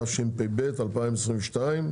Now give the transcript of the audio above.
התשפ"ב-2022,